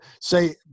say